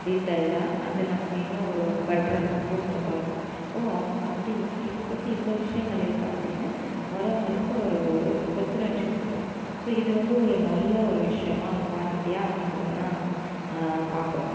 டீட்டைல்டாக அது நமக்கு இன்னும் ஒரு பெட்ராக இருக்கும் பூஸ்ட்டப்பாக இருக்கும் ஓ அ அப்படி இது பற்றி இவ்வளோ விஷயங்கள் இருக்கா அப்படின்னு வரவங்களுக்கு ஒரு புத்துணர்ச்சி கொடுக்கும் ஸோ இது வந்து ஒரு நல்ல ஒரு விஷயமாக குவாலிட்டியாக அதில் நான் பார்க்குறேன்